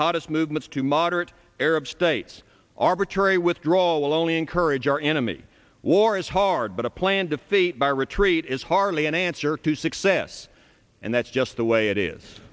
hottest movements to moderate arab states arbitrary withdrawal will only encourage our enemy war is hard but a plan defeat by retreat is hardly an answer to success and that's just the way it is